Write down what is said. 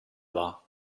wahr